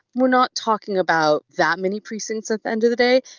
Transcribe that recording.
we're not talking about that many precincts at the end of the day.